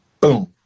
Boom